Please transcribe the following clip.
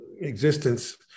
existence